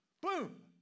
Boom